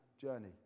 journey